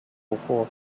before